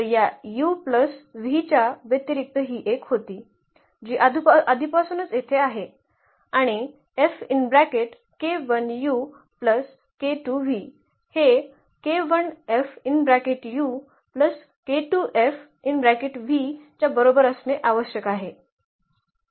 तर या u plus v च्या व्यतिरिक्त ही एक होती जी आधीपासूनच येथे आहे आणि हे च्या बरोबर असणे आवश्यक आहे